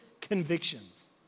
convictions